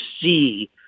see